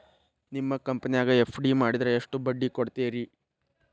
ನಿಮ್ಮ ಕಂಪನ್ಯಾಗ ಎಫ್.ಡಿ ಮಾಡಿದ್ರ ಎಷ್ಟು ಬಡ್ಡಿ ಕೊಡ್ತೇರಿ?